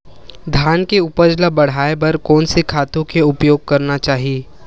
धान के उपज ल बढ़ाये बर कोन से खातु के उपयोग करना चाही?